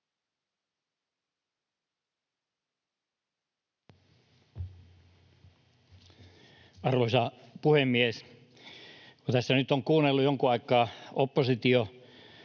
Arvoisa puhemies! Kun tässä nyt on kuunnellut jonkun aikaa opposition